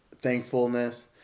thankfulness